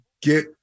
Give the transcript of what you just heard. get